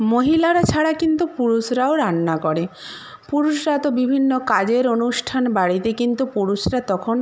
মহিলারা ছাড়া কিন্তু পুরুষরাও রান্না করে পুরুষরা তো বিভিন্ন কাজের অনুষ্ঠান বাড়িতে কিন্তু পুরুষরা তখন